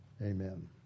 amen